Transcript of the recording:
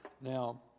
Now